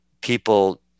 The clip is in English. people